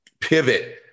pivot